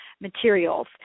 materials